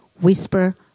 whisper